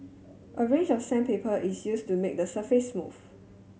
a range of sandpaper is used to make the surface smooth